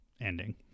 ending